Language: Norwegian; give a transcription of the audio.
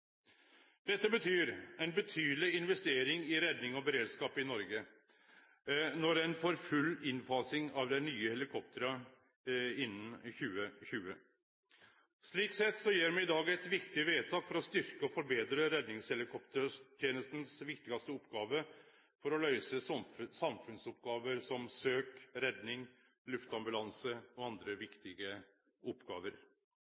Dette betyr ei betydeleg investering i redning og beredskap i Noreg når ein får full innfasing av dei nye helikoptra innan 2020. Slik sett gjer me i dag eit viktig vedtak for å styrkje og forbetre redningshelikoptertenesta si viktigaste oppgåve for å løyse samfunnsoppgåver som søk, redning, luftambulanse og andre